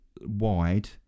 wide